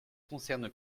concerne